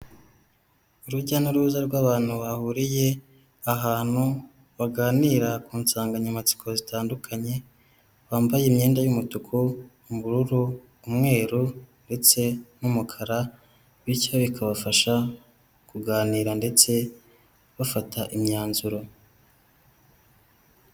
Urujya n'uruza rw'abantu bahuriye ahantu baganira ku nsanganyamatsiko zitandukanye, bambaye imyenda y'umutuku, ubururu, umweru ndetse n'umukara, bityo bikabafasha kuganira ndetse bafata imyanzuro.